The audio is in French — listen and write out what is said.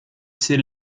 ses